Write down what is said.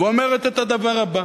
ואומרת את הדבר הבא: